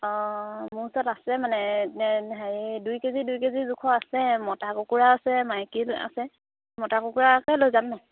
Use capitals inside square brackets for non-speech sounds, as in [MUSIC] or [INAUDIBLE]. অঁ মোৰ ওচৰত আছে মানে [UNINTELLIGIBLE] দুই কেজি দুই কেজি জোখৰ আছে মতা কুকুৰা আছে মাইকী আছে মতা কুকুৰাকে লৈ যাম নহ্